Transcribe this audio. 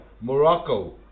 Morocco